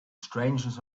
strangeness